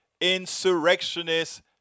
insurrectionists